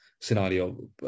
scenario